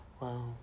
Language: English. Wow